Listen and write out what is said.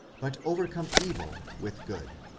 but overcome evil with good.